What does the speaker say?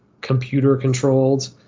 computer-controlled